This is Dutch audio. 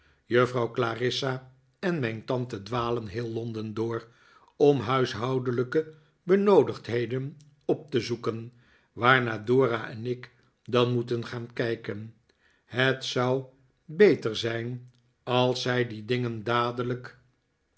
juffrouw clarissa en mijn tante dwalen heel londen door om huishoudelijke benoodigdheden op te zoeken waarnaar dora en ik dan moeten gaan kijken het zou beter zijn als zij die dingen dadelijk